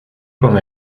con